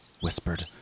whispered